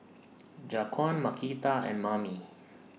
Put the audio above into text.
Jaquan Markita and Mamie